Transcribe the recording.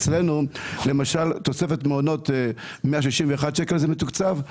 אצלנו למשל תוספת מעונות, 161 שקלים, זה מתוקצב.